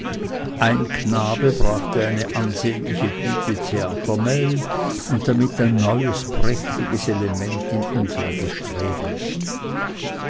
ein knabe brachte eine ansehnliche düte theatermehl und hiemit ein neues prächtiges element in unsere bestrebungen